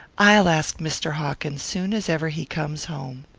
i'll ask mr. hawkins soon as ever he comes home.